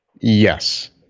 Yes